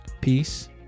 Peace